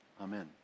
Amen